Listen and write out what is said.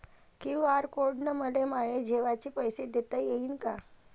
QR code न मले माये जेवाचे पैसे देता येईन का?